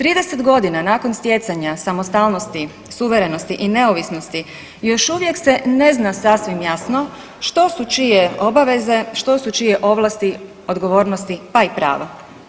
30.g. nakon stjecanja samostalnosti, suverenosti i neovisnosti još uvijek se ne zna sasvim jasno što su čije obaveze, što su čije ovlasti, odgovornosti, pa i prava.